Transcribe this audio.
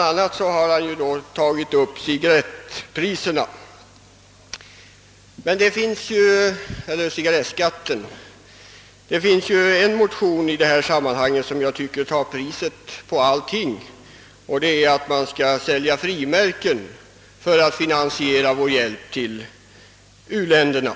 a. har han tagit upp frågan om cigarrettskatten. Det finns en motion i detta sammanhang som jag tycker tar priset, nämligen att man skall sälja frimärken för att finansiera vår hjälp till u-länderna.